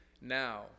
now